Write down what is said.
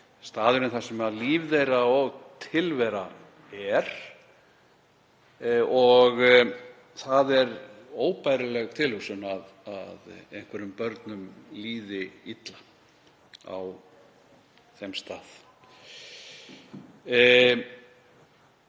staðurinn þar sem líf þeirra og tilvera er og það er óbærileg tilhugsun að einhverjum börnum líði illa á þeim stað.